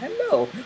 hello